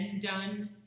done